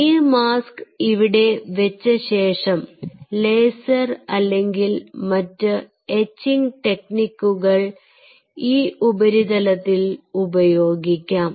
ഈ മാസ്ക് ഇവിടെ വെച്ചശേഷം ലേസർ അല്ലെങ്കിൽ മറ്റ് എച്ചിംഗ് ടെക്നിക്കുകൾ ഈ ഉപരിതലത്തിൽ ഉപയോഗിക്കാം